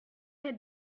had